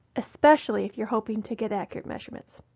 especially if you are hoping to get accurate measurements.